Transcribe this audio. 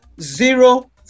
zero